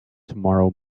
tomorrow